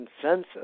consensus